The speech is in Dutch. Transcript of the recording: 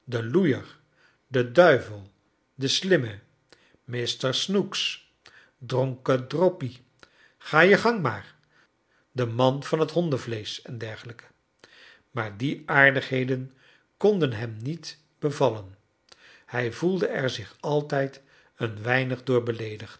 de loeier de duivel de slimme mr snooks v dronken droppie ga jegang maar de man van het hondenvleesck en dergelijke maar die aardigheden konden hem niet bevallen hij voelde er zich altijd een weinig door beleedigd